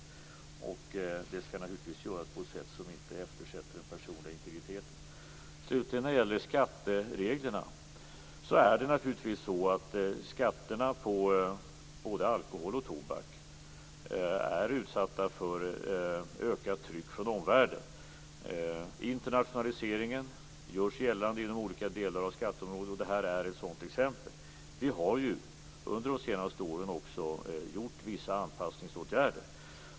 Det skall naturligtvis göras på ett sätt som inte eftersätter den personliga integriteten. Slutligen är det skattereglerna. Skatterna på både alkohol och tobak är utsatta för ökat tryck från omvärlden. Internationaliseringen görs gällande inom olika områden. Detta är ett sådant exempel. Vi har under de senaste åren vidtagit vissa anpassningsåtgärder.